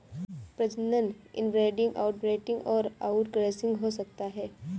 प्रजनन inbreeding, outbreeding और outcrossing हो सकता है